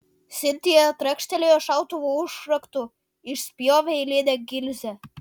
sintija trakštelėjo šautuvo užraktu išspjovė eilinę gilzę